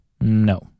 No